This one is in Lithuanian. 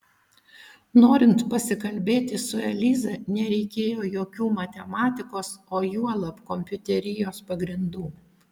norint pasikalbėti su eliza nereikėjo jokių matematikos o juolab kompiuterijos pagrindų